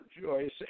Joyce